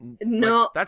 no